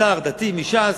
שר דתי מש"ס,